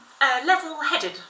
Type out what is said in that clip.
level-headed